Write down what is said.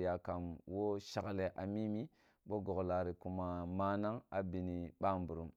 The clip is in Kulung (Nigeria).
yakam wo shagle a mimi bo gogla in kuma manag a bini bamburum